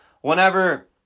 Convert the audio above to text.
whenever